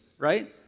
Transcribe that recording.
right